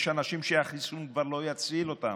יש אנשים שהחיסון כבר לא יציל אותם.